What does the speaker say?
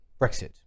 Brexit